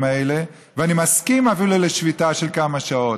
האלה ואני מסכים אפילו לשביתה של כמה שעות.